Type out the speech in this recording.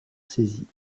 saisis